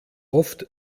oft